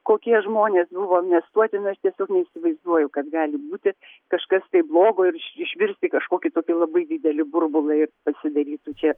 kokie žmonės buvo amnestuoti nu aš tiesiog neįsivaizduoju kad gali būti kažkas tai blogo ir išvirsti į kažkokį tokį labai didelį burbulą ir sudarytų čia